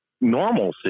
normalcy